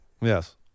Yes